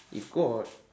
if got